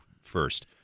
first